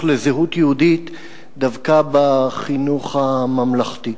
לזהות יהודית דווקא בחינוך הממלכתי.